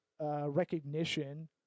recognition